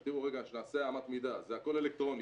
תראו, שנעשה אמת מידה, זה הכל אלקטרוני.